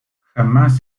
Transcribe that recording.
jamás